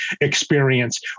experience